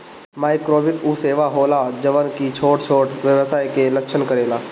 माइक्रोवित्त उ सेवा होला जवन की छोट छोट व्यवसाय के लक्ष्य करेला